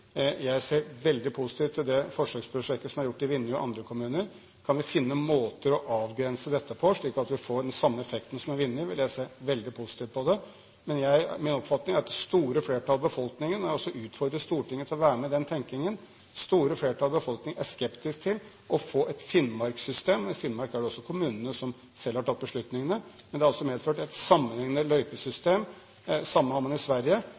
Jeg ser veldig positivt på det forsøksprosjektet som er gjort i Vinje og andre kommuner. Kan vi finne måter å avgrense dette på, slik at vi får den samme effekten som i Vinje, vil jeg se veldig positivt på det. Min oppfatning er at det store flertallet av befolkningen – og jeg vil utfordre Stortinget til å være med i den tenkningen – er skeptisk til å få et Finnmark-system. I Finnmark er det kommunene som selv har tatt beslutningene, men det har altså medført et sammenhengende løypesystem – det samme har man i Sverige